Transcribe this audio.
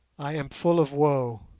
i am full of woe.